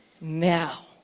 now